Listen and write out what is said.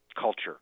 culture